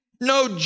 No